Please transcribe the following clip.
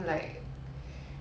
orh okay